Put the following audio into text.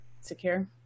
secure